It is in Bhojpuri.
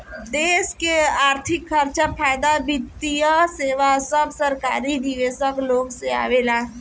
देश के अर्थिक खर्चा, फायदा, वित्तीय सेवा सब सरकारी निवेशक लोग से आवेला